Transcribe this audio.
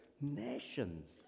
nations